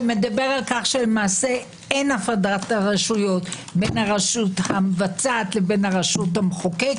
שמדבר על כך שאין הפרדת רשויות בין הרשות המבצעת למחוקקת.